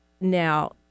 Now